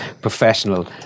professional